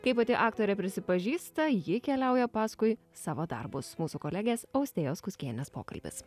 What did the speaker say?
kaip pati aktorė prisipažįsta ji keliauja paskui savo darbus mūsų kolegės austėjos kuskienės pokalbis